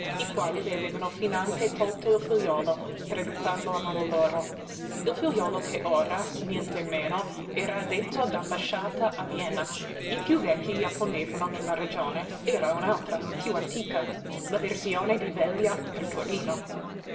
i quali le avevano finanche tolto il figliuolo per educarlo a modo loro il figliuolo che ora nientemeno era addetto d'ambasciata a vienna i piú vecchi gli opponevano che la ragione era un'altra piú antica l'avversione di velia per torino